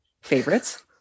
Favorites